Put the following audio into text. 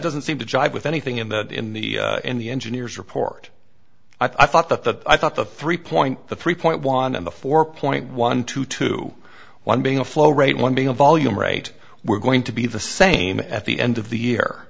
doesn't seem to jive with anything in that in the in the engineers report i thought that that i thought the three point the three point one and the four point one two to one being a flow rate one being a volume right we're going to be the same at the end of the year